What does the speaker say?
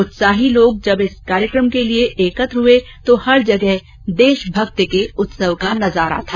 उत्साही लोग जब इस कार्यकम के लिए एकत्र हुए तो हर जगह देशभक्ति के उत्सव का नजारा था